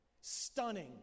stunning